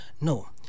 no